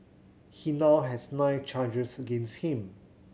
he now has nine charges against him